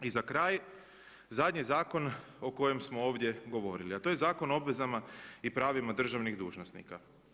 I za kraj, zadnji zakon o kojem smo ovdje govorili, a to je Zakon o obvezama i pravima državnih dužnosnika.